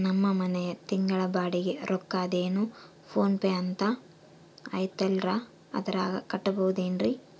ನಮ್ಮ ಮನೆಯ ತಿಂಗಳ ಬಾಡಿಗೆ ರೊಕ್ಕ ಅದೇನೋ ಪೋನ್ ಪೇ ಅಂತಾ ಐತಲ್ರೇ ಅದರಾಗ ಕಟ್ಟಬಹುದೇನ್ರಿ?